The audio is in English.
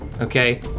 okay